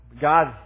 God